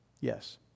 Yes